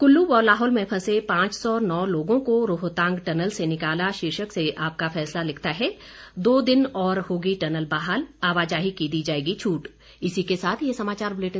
कुल्लू व लाहौल में फंसे पांच सौ नौ लोगों को रोहतांग टनल से निकाला शीर्षक से आपका फैसला लिखता है दो दिन और होगी टनल बहाल आवाजाही की दी जाएगी छूट